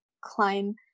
climb